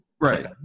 Right